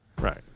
Right